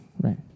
Right